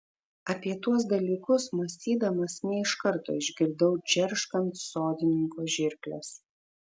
apie tuos dalykus mąstydamas ne iš karto išgirdau džerškant sodininko žirkles